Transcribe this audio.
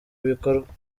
bikorwa